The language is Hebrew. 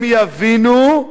הם יבינו,